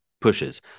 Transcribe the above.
pushes